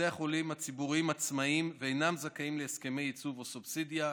בתי החולים הציבוריים עצמאיים ואינם זכאים להסכמי ייצוב או סובסידיה.